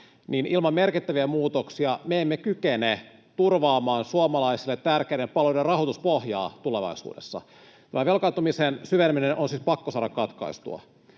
niin ilman merkittäviä muutoksia me emme kykene turvaamaan suomalaisille tärkeiden palveluiden rahoituspohjaa tulevaisuudessa, vaan velkaantumisen syveneminen on siis pakko saada katkaistua.